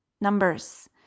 numbers